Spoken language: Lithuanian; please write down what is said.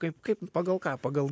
kaip kaip pagal ką pagal